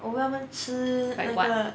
我喂他们吃那个